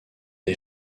est